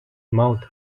mouths